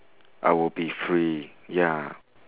I will be free ya